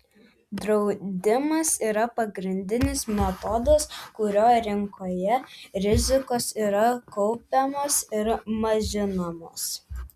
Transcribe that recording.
draudimas yra pagrindinis metodas kuriuo rinkoje rizikos yra kaupiamos ir mažinamos